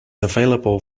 available